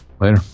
Later